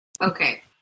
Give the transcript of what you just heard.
Okay